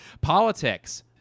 politics